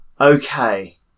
Okay